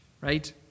right